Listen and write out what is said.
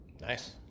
Nice